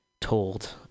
told